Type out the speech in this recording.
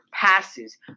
passes